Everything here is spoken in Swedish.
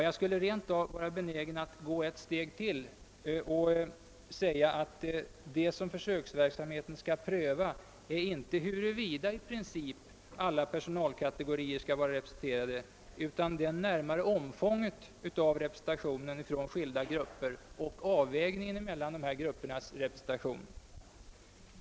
Jag skulle rent av vara benägen att gå ytterligare ett steg och säga att det som försöksverksamheten skall pröva är inte huruvida i princip alla personalkategorier bör vara representerade eller ej, utan det närmare omfånget av representationen för skilda grupper och avvägningen mellan gruppernas representation.